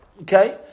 okay